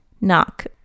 knock